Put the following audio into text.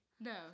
No